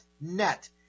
net